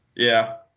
yeah.